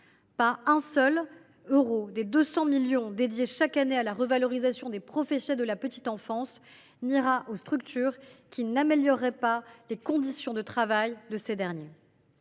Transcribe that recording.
Pas un seul des 200 millions d’euros dédiés chaque année à la revalorisation des professionnels de la petite enfance n’ira à des structures qui n’amélioreraient pas les conditions de travail de ces derniers.